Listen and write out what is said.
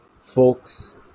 folks